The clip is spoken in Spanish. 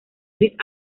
gris